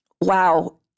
wow